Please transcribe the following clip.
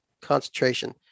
concentration